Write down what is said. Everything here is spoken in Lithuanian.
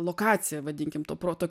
lokacija vadinkim to proto